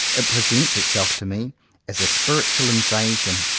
it presents itself to me as a spiritual invasion,